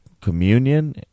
communion